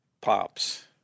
pops